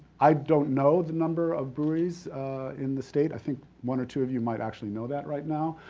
i don't know the number of breweries in the state. i think one or two of you might actually know that right now.